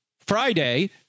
Friday